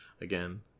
again